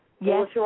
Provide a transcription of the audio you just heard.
yes